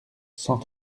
cent